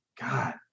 God